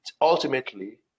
ultimately